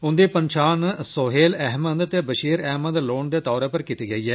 उन्दी पंछान सोहेल अहमद ते बशीर अहमद लोन दे तौर उप्पर कीती गेई ऐ